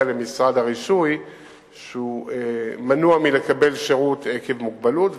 למשרד הרישוי והוא מנוע מלקבל שירות עקב המוגבלות.